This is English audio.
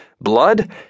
Blood